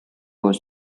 was